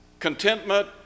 contentment